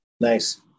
Nice